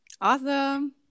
Awesome